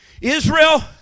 Israel